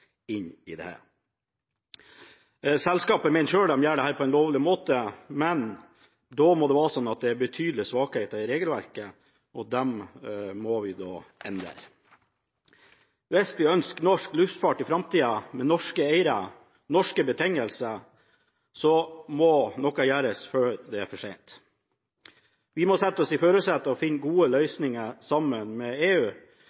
inn i dette. Selskapet mener selv de gjør dette på en lovlig måte, men da må det være betydelige svakheter i regelverket, og det må vi endre. Hvis vi ønsker norsk luftfart i framtida med norske eiere og norske betingelser, må noe gjøres før det er for sent. Vi må sette oss i førersetet og finne gode